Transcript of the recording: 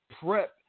prep